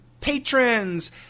patrons